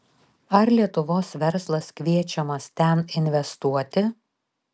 ar lietuvos verslas kviečiamas ten investuoti